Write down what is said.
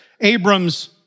Abram's